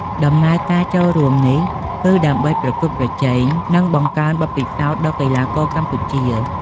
ដំណើរការចូលរួមនេះ គឺដើម្បីប្រកួតប្រជែង និងបង្កើនបទពិសោធន៍ដល់កីឡាករកម្ពុជា។